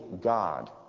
God